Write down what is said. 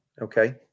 okay